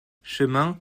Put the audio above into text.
chemin